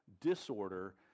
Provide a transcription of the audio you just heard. disorder